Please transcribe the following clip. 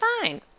fine